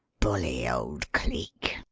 bully old cleek!